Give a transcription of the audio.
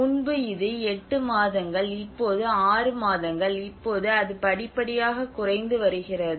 முன்பு இது 8 மாதங்கள் இப்போது ஆறு மாதங்கள் இப்போது அது படிப்படியாக குறைந்து வருகிறது